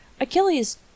Achilles